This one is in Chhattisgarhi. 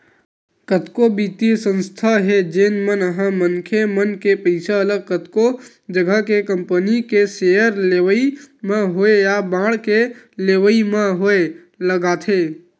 कतको बित्तीय संस्था हे जेन मन ह मनखे मन के पइसा ल कतको जघा के कंपनी के सेयर लेवई म होय या बांड के लेवई म होय लगाथे